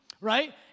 right